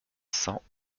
cents